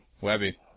Webby